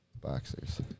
boxers